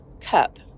cup